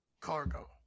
cargo